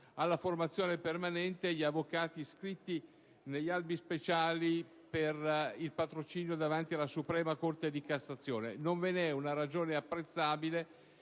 alla formazione permanente gli avvocati iscritti negli albi speciali per il patrocinio davanti alla suprema Corte di cassazione. Non ve ne è una ragione apprezzabile